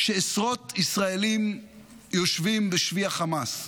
שעשרות ישראלים יושבים בשבי החמאס.